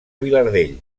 vilardell